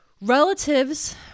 relatives